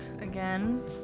again